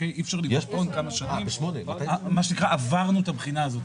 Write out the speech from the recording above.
אי אפשר --- מה שנקרא עברנו את הבחינה הזאת,